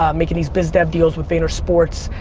um making these biz dev deals with vaynersports.